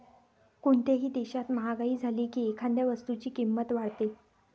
कोणत्याही देशात महागाई झाली की एखाद्या वस्तूची किंमत वाढते